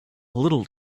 little